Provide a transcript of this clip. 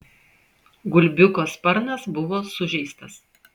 gulbiuko sparnas buvo sužeistas